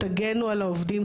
תגנו על העובדים,